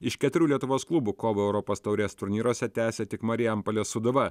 iš keturių lietuvos klubų kovą europos taurės turnyruose tęsia tik marijampolės sūduva